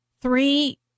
three